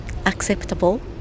acceptable